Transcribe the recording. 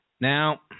Now